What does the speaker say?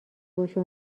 باشه